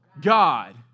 God